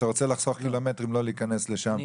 שאתה רוצה לחסוך קילומטרים לא להיכנס לשם,